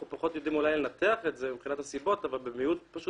אנחנו פחות יודעים אולי לנתח את זה מבחינת הסיבות אבל אנחנו נתקלים